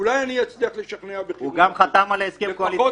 אולי אני אצליח לשכנע אותו --- הוא גם חתם על הסכם קואליציוני.